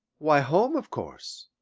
why home, of course.